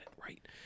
right